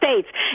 States